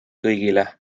kõigile